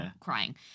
crying